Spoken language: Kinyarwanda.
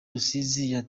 rusizi